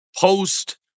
post